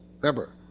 Remember